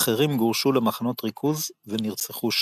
אחרים גורשו למחנות ריכוז ונרצחו שם.